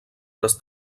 les